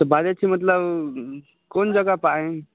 तऽ बाजै छी मतलब कोन जगह पर आइ